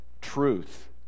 truth